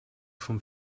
vom